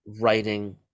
writing